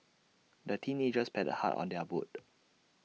the teenagers paddled hard on their boat